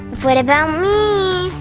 what about me?